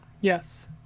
yes